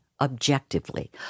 objectively